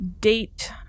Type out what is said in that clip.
Date